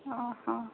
ଅଃ